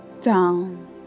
down